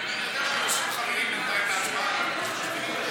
אני יודע שאוספים חברים בינתיים להצבעה,